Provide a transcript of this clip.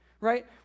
right